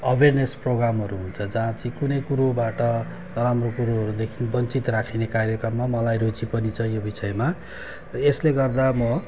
awareness प्रग्रामहरू हुन्छ जहाँ चाहिँ कुनै कुरोबाट नराम्रो कुरोहरूदेखि वञ्चित राख्ने कार्यक्रममा मलाई रुचि पनि छ यो विषयमा र यसले गर्दा म